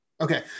Okay